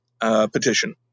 petition